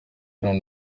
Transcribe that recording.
noneho